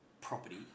property